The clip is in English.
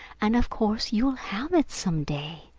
and of course you'll have it, some day!